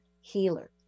healer